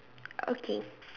okay